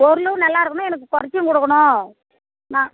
பொருளும் நல்லா இருக்கணும் எனக்கு குறைச்சியும் கொடுக்கணும் நான்